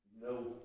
No